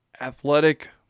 athletic